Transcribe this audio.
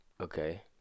Okay